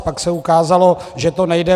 Pak se ukázalo, že to nejde.